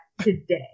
today